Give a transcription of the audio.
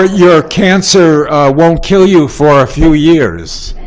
ah your cancer won't kill you for a few years.